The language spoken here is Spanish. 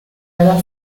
haga